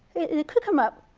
you pick them up,